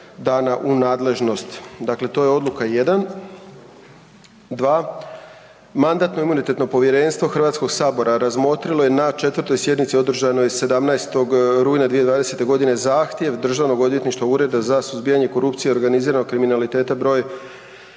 Dakle, to je odluka 1. 2. Mandatno-imunitetno povjerenstvo HS-a razmotrilo je na 4. sjednici održanoj 17. rujna 2020. g. zahtjev Državnog odvjetništva, Ureda za suzbijanje korupcije i organiziranog kriminaliteta br.